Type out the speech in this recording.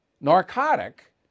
narcotic